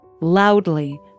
Loudly